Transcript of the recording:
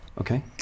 Okay